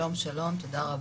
שלום שלום, תודה רבה,